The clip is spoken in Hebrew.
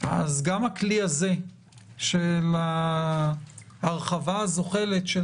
אז גם לכלי הזה של ההרחבה הזוחלת של